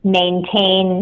maintain